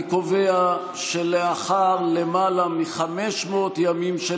אני קובע שלאחר למעלה מ-500 ימים של